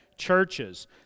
churches